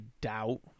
doubt